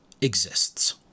exists—